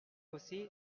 aussi